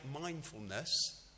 mindfulness